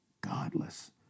godless